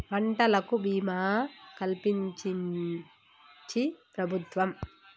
పంటలకు భీమా కలిపించించి ప్రభుత్వం